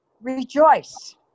rejoice